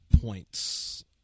points